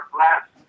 last